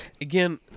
again